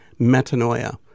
Metanoia